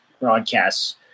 broadcasts